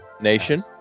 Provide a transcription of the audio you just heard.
nation